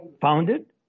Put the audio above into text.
founded